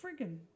friggin